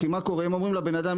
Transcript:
לפני התיקון.